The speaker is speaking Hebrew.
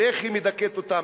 ואיך היא מדכאת אותם,